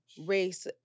race